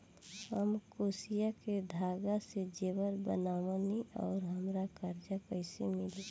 हम क्रोशिया के धागा से जेवर बनावेनी और हमरा कर्जा कइसे मिली?